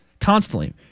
Constantly